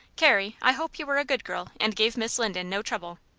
carrie, i hope you were a good girl, and gave miss linden no trouble.